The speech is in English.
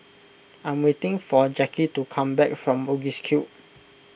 I am waiting for Jackie to come back from Bugis Cube